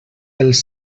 els